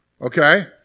okay